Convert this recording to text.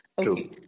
True